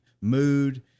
mood